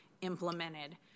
implemented